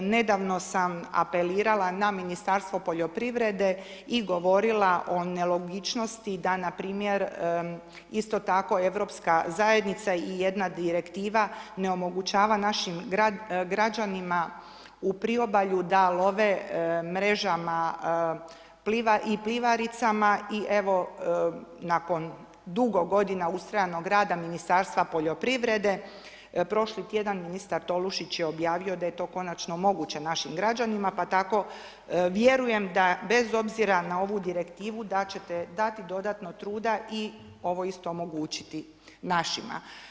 Nedavno sam apelirala na Ministarstvo poljoprivrede i govorila o nelogičnosti da npr. isto tako europska zajednica i jedna direktiva ne omogućava našim građanima u priobalju da love mrežama i plivaricama i evo, nakon dugo godina ustrajnog rada Ministarstva poljoprivrede, prošli tjedan ministar Tolušić je objavio da je to konačno moguće našim građanima pa tako vjerujem da bez obzira na ovu direktivu, da ćete dati dodatno truda i ovo isto omogućiti našima.